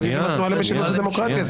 עבדתי בתנועה למשילות ודמוקרטיה.